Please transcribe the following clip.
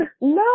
No